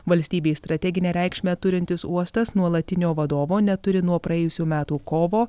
valstybei strateginę reikšmę turintis uostas nuolatinio vadovo neturi nuo praėjusių metų kovo